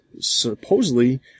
supposedly